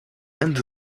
ende